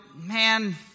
man